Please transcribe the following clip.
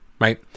right